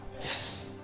yes